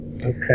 Okay